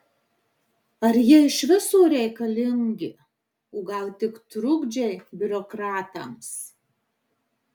ar jie iš viso reikalingi o gal tik trukdžiai biurokratams